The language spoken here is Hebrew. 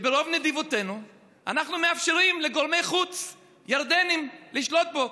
שברוב נדיבותנו אנחנו מאפשרים לגורמי חוץ ירדניים לשלוט בו,